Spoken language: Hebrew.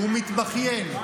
ומתבכיין.